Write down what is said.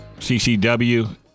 CCW